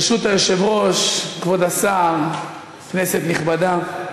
ברשות היושב-ראש, כבוד השר, כנסת נכבדה,